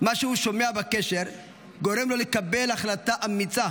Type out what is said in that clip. מה שהוא שומע בקשר גורם לו לקבל החלטה אמיצה